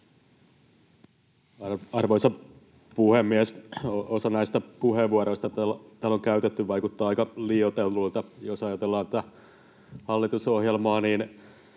Arvoisa puhemies! Osa näistä puheenvuoroista, joita täällä on käytetty, vaikuttaa aika liioitelluilta. Jos ajatellaan tätä hallitusohjelmaa,